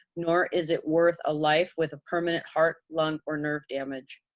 nor is it worth a life with a permanent heart, lung, or nerve damage.